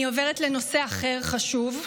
אני עוברת לנושא אחר חשוב.